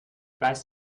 weiß